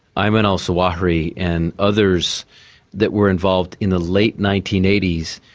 um and al-zawahiri and others that were involved in the late nineteen eighty s,